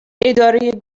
اداره